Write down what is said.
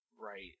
right